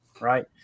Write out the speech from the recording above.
right